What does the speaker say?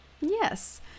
Yes